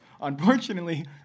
Unfortunately